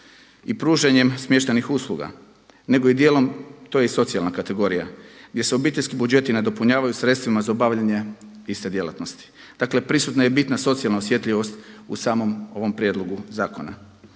i pružanjem smještajnih usluga, nego i dijelom to je i socijalna kategorija gdje se obiteljski budžeti nadopunjavaju sredstvima za obavljanje iste djelatnosti. Dakle, prisutna je i bitna socijalna osjetljivost u samom ovom prijedlogu zakona.